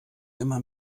immer